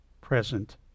present